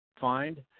find